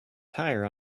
tire